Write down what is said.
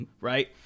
right